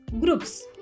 groups